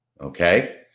okay